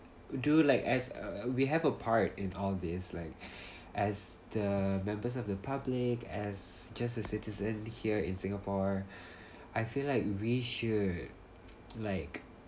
do like as uh we have a part in all this like as the members of the public as just a citizen here in singapore I feel like we should like